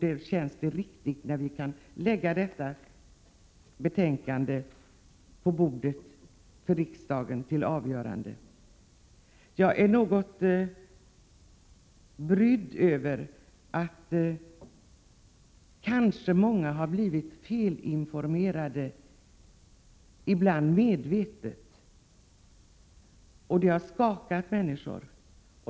Det känns riktigt att kunna lägga detta betänkande på riksdagens bord för avgörande. Jag är något brydd över att många kanske har blivit felinformerade, ibland medvetet. Den felaktiga informationen har skakat människor.